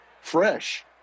fresh